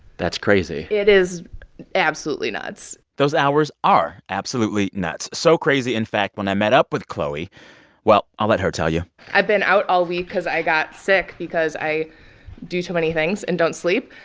that's crazy it is absolutely nuts those hours are absolutely nuts. so crazy, in fact, when i met up with chloe well, i'll let her tell you i've been out all week because i got sick because i do too many things and don't sleep.